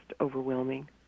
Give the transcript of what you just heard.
overwhelming